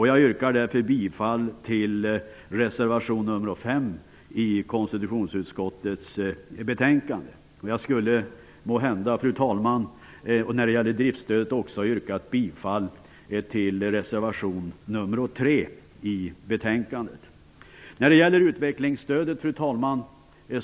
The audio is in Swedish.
Jag yrkar därför bifall till reservation nr 5 i konstitutionsutskottets betänkande. När det gäller driftsstödet yrkar jag också bifall till reservation nr 3 i betänkandet. Fru talman!